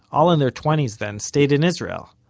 all in their twenties then, stayed in israel.